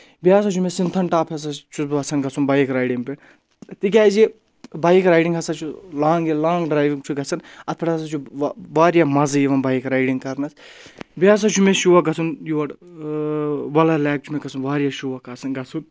بیٚیہِ ہَسا چھُ مےٚ سِنتھَن ٹاپ ہَسا چھُس بہٕ یژھان گژھُن بایِک رایڈِنٛگ پؠٹھ تِکیٛازِ بایِک رایڈِنٛگ ہَسا چھُ لانٛگ لانٛگ ڈرایوِنٛگ چھُ گژھان اَتھ پؠٹھ ہَسا چھُ واریاہ مَزٕ یِوَان بایِک رایڈِنٛگ کَرنَس بیٚیہِ ہَسا چھُ مےٚ شوق گژھُن یور وَلَر لیک چھُ مےٚ گژھُن واریاہ شوق آسان گژھُن